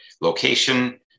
location